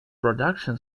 production